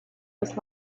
his